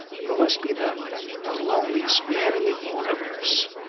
you must be the the loneliest man in the universe!